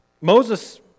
Moses